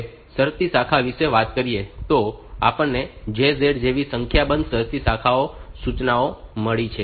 હવે શરતી શાખા વિશે વાત કરીએ તો આપણને JZ જેવી સંખ્યાબંધ શરતી શાખા સૂચનાઓ મળી છે